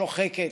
שוחקת,